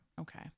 Okay